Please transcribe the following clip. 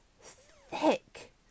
thick